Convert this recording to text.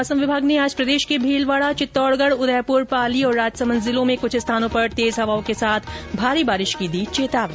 मौसम विभाग ने आज प्रदेश के भीलवाड़ा चित्तौड़गढ़ उदयपुर पाली और राजसमंद जिलों में कृछ स्थानों पर तेज हवाओं के साथ भारी बारिश की दी चेतावनी